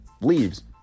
leaves